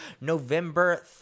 November